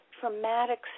traumatic